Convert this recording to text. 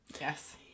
Yes